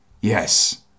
Yes